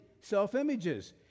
self-images